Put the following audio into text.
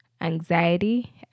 anxiety